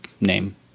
name